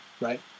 right